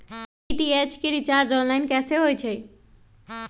DTH के recharge online कैसे होईछई?